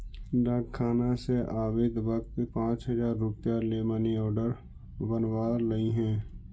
डाकखाना से आवित वक्त पाँच हजार रुपया ले मनी आर्डर बनवा लइहें